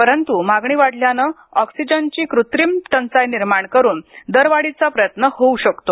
परंत् मागणी वाढल्याने ऑक्सिजनची क्रत्रिम टंचाई निर्माण करून दरवाढीचा प्रयत्न होऊ शकतो